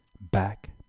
Back